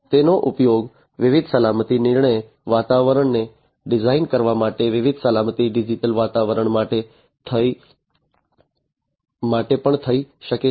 તેનો ઉપયોગ વિવિધ સલામતી નિર્ણાયક વાતાવરણને ડિઝાઇન કરવા માટે વિવિધ સલામતી જટિલ વાતાવરણ માટે પણ થઈ શકે છે